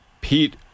Pete